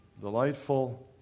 delightful